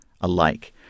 alike